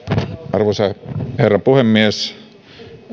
arvoisa herra puhemies